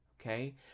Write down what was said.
okay